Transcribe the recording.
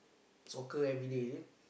soccer everyday is it